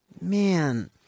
Man